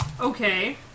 Okay